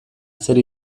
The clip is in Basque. zer